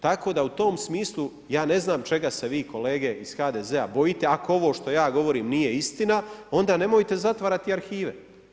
Tako da u tom smislu ja ne znam čega se vi kolege iz HDZ-a bojite, ako ovo što ja govorim nije istina, onda nemojte zatvarati arhive.